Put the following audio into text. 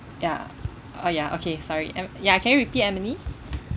ya oh ya okay sorry em~ can you repeat emily